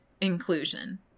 inclusion